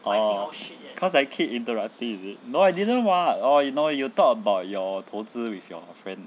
oh cause I keep interrupting is it no I didn't [what] oh I know you talk about your 投资 with your friend